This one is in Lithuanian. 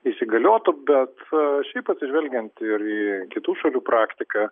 įsigaliotų bet šiaip atsižvelgiant ir į kitų šalių praktiką